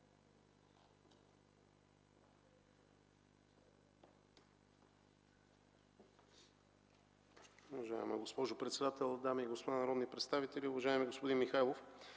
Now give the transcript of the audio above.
Уважаема госпожо председател, дами и господа народни представители, уважаеми господин Михайлов!